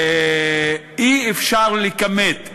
אי-אפשר לכמת,